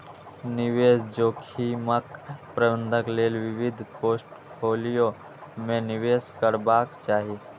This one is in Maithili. निवेश जोखिमक प्रबंधन लेल विविध पोर्टफोलियो मे निवेश करबाक चाही